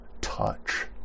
touch